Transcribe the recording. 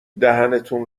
دهنتون